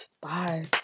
bye